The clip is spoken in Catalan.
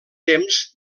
temps